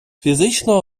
фізична